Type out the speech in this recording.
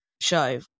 show